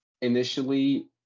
initially